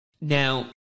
Now